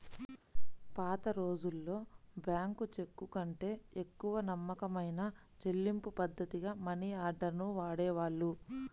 పాతరోజుల్లో బ్యేంకు చెక్కుకంటే ఎక్కువ నమ్మకమైన చెల్లింపుపద్ధతిగా మనియార్డర్ ని వాడేవాళ్ళు